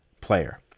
player